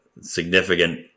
significant